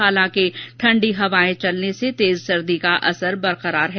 हालांकि ठंडी हवाएं चलने से तेज सर्दी का असर बरकरार है